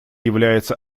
является